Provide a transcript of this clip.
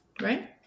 Right